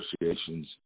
negotiations